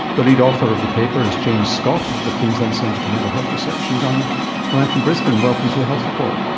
the lead author of the paper is james scott of the queensland centre for mental health research, and his on the line from brisbane. welcome to the health report.